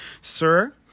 Sir